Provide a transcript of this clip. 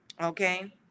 Okay